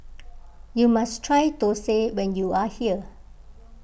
you must try Thosai when you are here